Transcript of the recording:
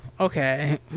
Okay